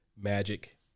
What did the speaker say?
Magic